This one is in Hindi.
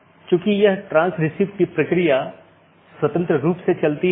विशेषता का संयोजन सर्वोत्तम पथ का चयन करने के लिए उपयोग किया जाता है